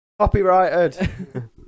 Copyrighted